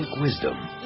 wisdom